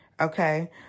Okay